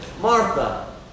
Martha